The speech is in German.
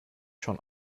schon